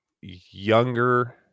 younger